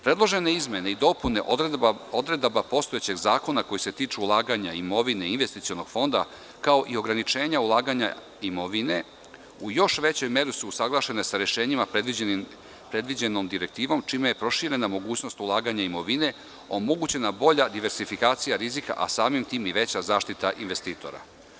Predložene izmene i dopune odredaba postojećeg zakona koji se tiču ulaganja imovine i investicionog fonda kao i ograničenje ulaganja imovine u još većoj meri su usaglašene sa rešenjima predviđenom direktivom, čime je proširena mogućnost ulaganja imovine omogućena bolja diversifikacija rizika a samim tim i veća zaštita investitora.